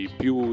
più